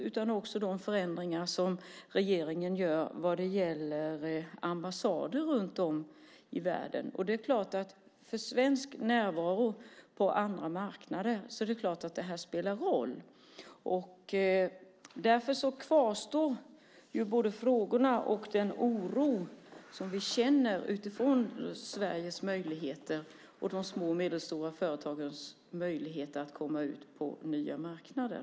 Det gäller också de förändringar som regeringen gör vad gäller ambassader runt om i världen. För en svensk närvaro på andra marknader är det klart att det spelar roll. Därför kvarstår både frågorna och den oro som vi känner utifrån Sveriges möjligheter och de små och medelstora företagens möjligheter att komma ut på nya marknader.